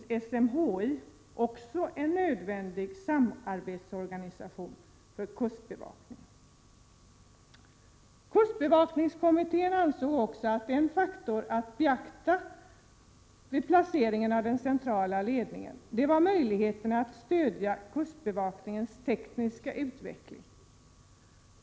Kustbevakningskommittén ansåg också att en faktor att beakta vid placeringen av den centrala ledningen var möjligheterna att stöda kustbevakningens tekniska utveckling.